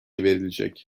verilecek